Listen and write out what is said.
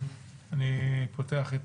אני פותח את